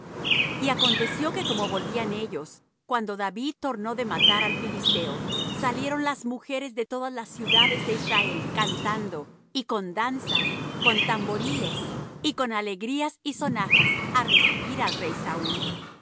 y aconteció que como volvían ellos cuando david tornó de matar al filisteo salieron las mujeres de todas las ciudades de israel cantando y con danzas con tamboriles y con alegrías y sonajas á recibir al rey saúl